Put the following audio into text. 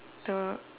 the